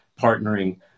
partnering